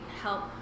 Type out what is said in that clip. help